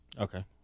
Okay